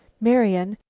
marian!